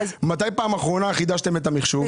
מתי פעם אחרונה חידשתם את מערכת המחשוב?